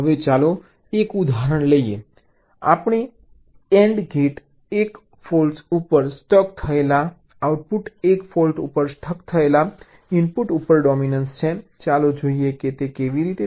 હવે ચાલો એક ઉદાહરણ લઈએ ચાલો એક AND ગેટ 1 ફોલ્ટ ઉપર સ્ટક થયેલા આઉટપુટ 1 ફોલ્ટ ઉપર સ્ટક થયેલા ઇનપુટ ઉપર ડોમીનન્સ છે ચાલો જોઈએ કે કેવી રીતે